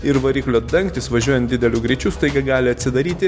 ir variklio dangtis važiuojant dideliu greičiu staiga gali atsidaryti